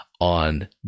on